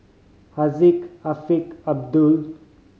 Haziq Afiq Abdul